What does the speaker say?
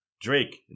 Drake